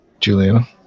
Juliana